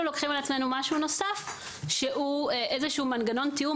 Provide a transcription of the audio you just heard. לוקחים על עצמנו משהו נוסף שהוא איזשהו מנגנון תיאום